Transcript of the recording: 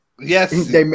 Yes